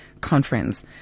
Conference